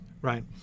right